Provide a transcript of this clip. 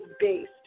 based